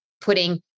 putting